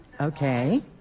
Okay